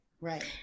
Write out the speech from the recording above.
Right